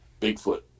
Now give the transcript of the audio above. Bigfoot